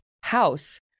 house